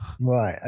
Right